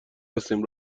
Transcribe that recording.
هستیم